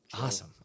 Awesome